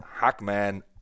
Hackman